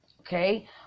Okay